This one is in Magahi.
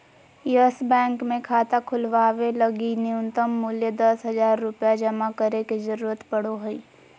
यस बैंक मे खाता खोलवावे लगी नुय्तम मूल्य दस हज़ार रुपया जमा करे के जरूरत पड़ो हय